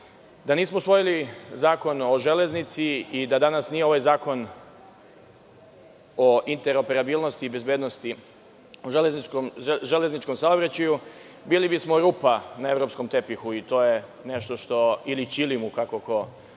Da nismo usvojili Zakon o železnici i da danas nije ovaj zakon o interoperabilnosti i bezbednosti u železničkom saobraćaju bili bi smo rupa na evropskom tepihu ili ćilim, ali